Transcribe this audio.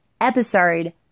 episode